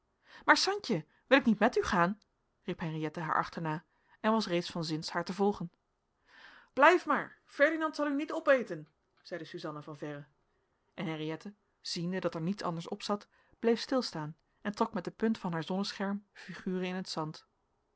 maar santje wil ik niet met u gaan riep henriëtte haar achterna en was reeds van zins haar te volgen blijf maar ferdinand zal u niet opeten zeide suzanna van verre en henriëtte ziende dat er niets anders opzat bleef stilstaan en trok met de punt van haar zonnescherm figuren in het zand